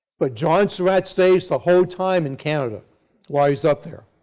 but john surratt stays the whole time in canada while he's up there.